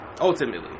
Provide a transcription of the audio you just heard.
ultimately